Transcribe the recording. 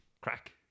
Crack